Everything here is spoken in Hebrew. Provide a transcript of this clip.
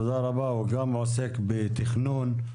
הוא גם עוסק בתכנון.